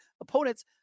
opponents